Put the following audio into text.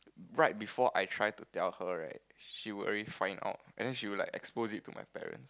right before I try to tell her right she would already find out and then she would like expose it to my parent